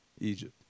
Egypt